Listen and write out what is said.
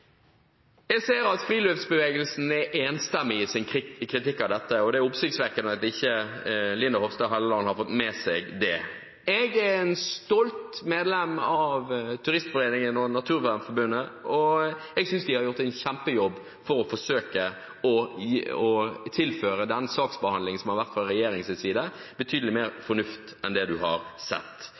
Jeg ser at friluftsbevegelsen er enstemmig i sin kritikk av dette. Det er oppsiktsvekkende at ikke Linda Hofstad Helleland har fått med seg det. Jeg er stolt medlem av Turistforeningen og Naturvernforbundet, og jeg synes de har gjort en kjempejobb for å forsøke å tilføre den saksbehandlingen som har vært fra regjeringens side, betydelig mer fornuft enn det man har sett,